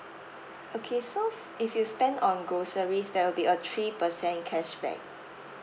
okay so if you spend on groceries there will be a three percent cashback